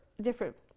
different